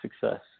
success